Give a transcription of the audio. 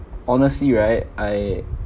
honestly right I